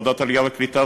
ועדת העלייה והקליטה,